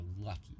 lucky